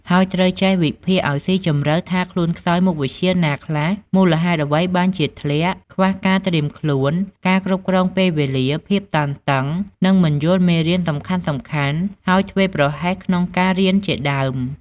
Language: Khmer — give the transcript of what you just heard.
ហើយត្រូវចេះ វិភាគឲ្យស៊ីជម្រៅថាខ្លួនខ្សោយមុខវិជ្ជាណាខ្លះ មូលហេតុអ្វីបានជាធ្លាក់ ខ្វះការត្រៀមខ្លួន ការគ្រប់គ្រងពេលវេលា ភាពតានតឹង ឬមិនយល់មេរៀនសំខាន់ៗ ហើយធ្វេសប្រហែសក្នុងការរៀនជាដើម។